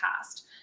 past